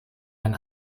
ein